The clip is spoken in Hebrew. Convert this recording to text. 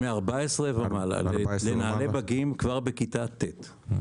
הם בני 14 ומעלה, מגיעים כבר בכיתה ט'.